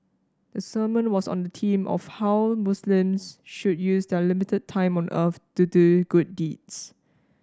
the sermon was on the theme of how Muslims should use their limited time on earth to do good deeds